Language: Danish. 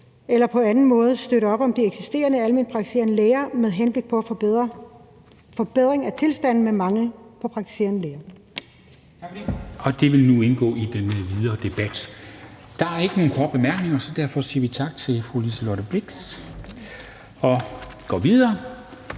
eller på anden måde støtte op om de eksisterende alment praktiserende læger med henblik på en forbedring af tilstanden med mangel på praktiserende læger.«